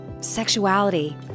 sexuality